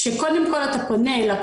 כפי שאתם לבטח יודעים,